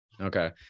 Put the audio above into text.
Okay